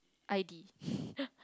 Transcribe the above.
I D